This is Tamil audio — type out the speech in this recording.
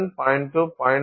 2 0